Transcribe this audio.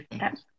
yes